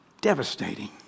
devastating